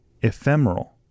ephemeral